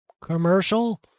commercial